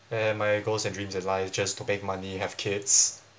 and my goals and dreams in life just to make money have kids